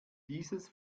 dieses